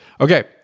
Okay